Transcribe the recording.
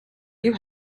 you